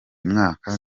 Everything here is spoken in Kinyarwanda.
mwaka